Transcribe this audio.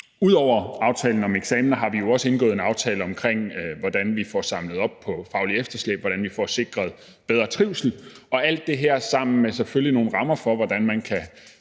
Ud over aftalen om eksamener har vi jo også indgået en aftale om, hvordan vi får samlet op på det faglige efterslæb, og hvordan vi får sikret bedre trivsel – og alt det her laves selvfølgelig sammen med nogle rammer,